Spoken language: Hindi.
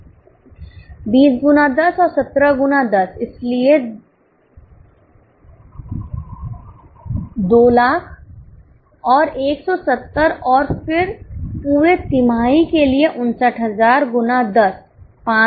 20 गुना 10 और 17 गुना 10 इसलिए 200000 और 170 और फिर पूरे तिमाही के लिए 59000 गुना 10 590000